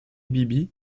bibi